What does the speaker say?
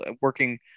working